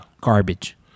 garbage